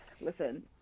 Listen